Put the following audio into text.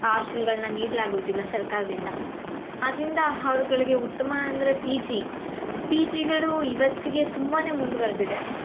ಆಸ್ಟೆಲ್ಗಳನ್ನ ನೀಡ್ಲಾಗೋದಿಲ್ಲ ಸರ್ಕಾರದಿಂದ ಆದ್ರಿಂದ ಅವ್ರ್ಗಳಿಗೆ ಉತ್ತಮ ಅಂದರೆ ಪಿ ಜಿ ಪಿ ಜಿಗಳು ಇವತ್ತಿಗೆ ತುಂಬಾ ಮುಂದುವರ್ದಿದೆ